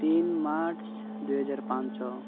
ତିନି ମାର୍ଚ୍ଚ ଦୁଇହଜାର ପାଞ୍ଚ